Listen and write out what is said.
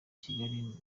kigali